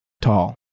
Tall